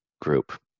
group